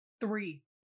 three